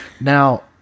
Now